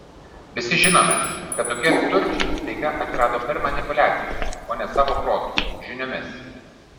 visi žinome kad tokie turčiai staiga atsirado per manipuliacijas o ne savo protu žiniomis